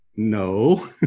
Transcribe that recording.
No